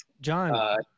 John